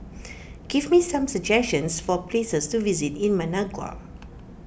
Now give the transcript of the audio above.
give me some suggestions for places to visit in Managua